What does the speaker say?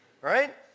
Right